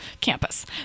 campus